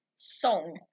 Song